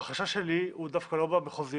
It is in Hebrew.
אני חייב להגיד שהחשש שלי הוא דווקא לא מהמחוזיות,